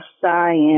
science